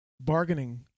bargaining